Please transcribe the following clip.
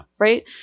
right